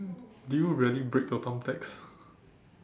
do you really break your thumbtacks